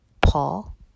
Paul